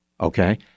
Okay